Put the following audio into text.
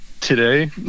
today